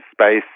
space